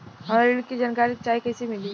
हमरा ऋण के जानकारी चाही कइसे मिली?